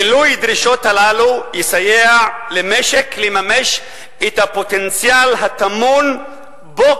מילוי הדרישות הללו יסייע למשק לממש את הפוטנציאל הטמון בו,